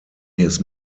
his